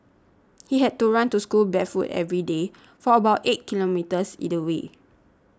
he had to run to school barefoot every day for about eight kilometres either way